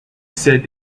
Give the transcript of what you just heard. said